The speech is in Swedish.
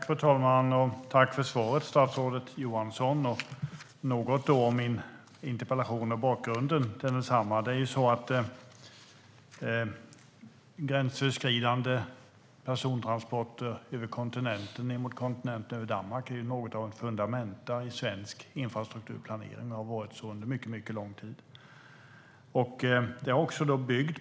Fru talman! Jag vill tacka statsrådet Johansson för svaret. Bakgrunden till min interpellation är att gränsöverskridande persontransporter ned mot kontinenten över Danmark är något av ett fundamenta i svensk infrastrukturplanering och har varit det under mycket lång tid.